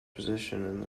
position